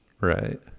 Right